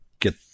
get